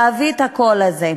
להביא את הקול הזה.